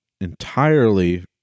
entirely